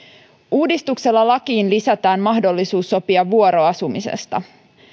uudistuksella lakiin lisätään mahdollisuus sopia vuoroasumisesta